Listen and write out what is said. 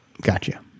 Gotcha